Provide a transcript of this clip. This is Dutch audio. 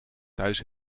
thuis